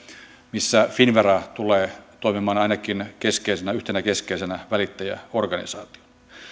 missä finnvera tulee toimimaan ainakin yhtenä keskeisenä välittäjäorganisaationa